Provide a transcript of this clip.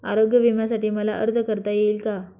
आरोग्य विम्यासाठी मला अर्ज करता येईल का?